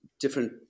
different